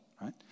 right